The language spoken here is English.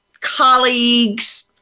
colleagues